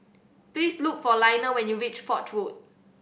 please look for Lionel when you reach Foch Road